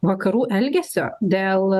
vakarų elgesio dėl